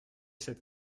cette